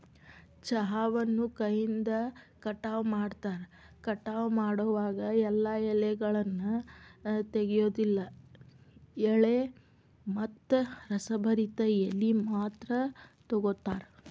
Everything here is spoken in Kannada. ಚಹಾವನ್ನು ಕೈಯಿಂದ ಕಟಾವ ಮಾಡ್ತಾರ, ಕಟಾವ ಮಾಡೋವಾಗ ಎಲ್ಲಾ ಎಲೆಗಳನ್ನ ತೆಗಿಯೋದಿಲ್ಲ ಎಳೆ ಮತ್ತ ರಸಭರಿತ ಎಲಿ ಮಾತ್ರ ತಗೋತಾರ